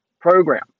program